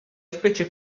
specie